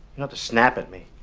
and to snap at me.